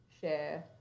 share